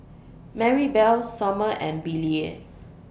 Marybelle Sommer and Billye